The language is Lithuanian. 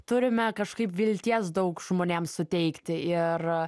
turime kažkaip vilties daug žmonėms suteikti ir